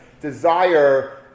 desire